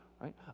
right